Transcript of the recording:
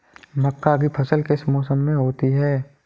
मक्का की फसल किस मौसम में होती है?